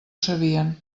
sabien